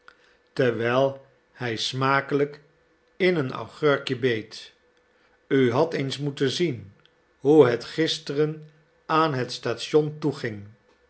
terwijl hij smakelijk in een agurkje beet u hadt eens moeten zien hoe het gisteren aan het station toeging